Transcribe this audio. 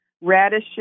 radishes